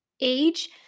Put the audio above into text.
age